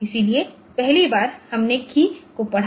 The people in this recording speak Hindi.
इसलिए पहली बार हमने कीय को पढ़ा